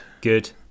Good